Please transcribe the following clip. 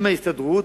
עם ההסתדרות,